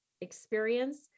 experience